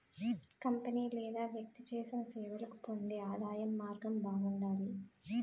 company లేదా వ్యక్తి చేసిన సేవలకు పొందే ఆదాయం మార్గం బాగుండాలి